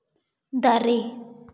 ᱫᱟᱨᱮ